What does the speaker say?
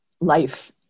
life